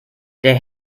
der